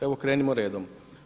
Evo krenimo redom.